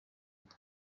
ubu